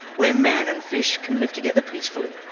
where man and fish can live together peacefully.